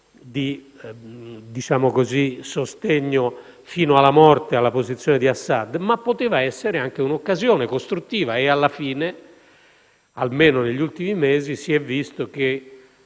di sostegno fino alla morte alla posizione di Assad, ma esso poteva anche essere un'occasione costruttiva. Alla fine, almeno negli ultimi mesi, si è vista una